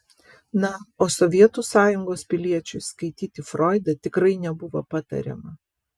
na o sovietų sąjungos piliečiui skaityti froidą tikrai nebuvo patariama